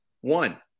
One